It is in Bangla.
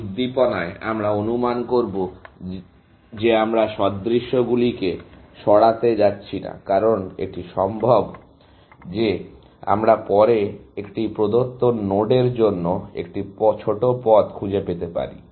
এই উদ্দীপনায় আমরা অনুমান করব যে আমরা সদৃশগুলিকে সরাতে যাচ্ছি না কারণ এটি সম্ভব যে আমরা পরে একটি প্রদত্ত নোডের জন্য একটি ছোট পথ খুঁজে পেতে পারি